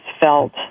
felt